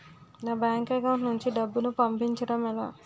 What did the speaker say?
నా bank account నుంచి డబ్బును పంపించడం ఎలా?